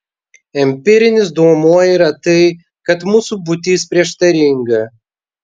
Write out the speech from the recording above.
empirinis duomuo yra tai kad mūsų būtis prieštaringa